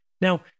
Now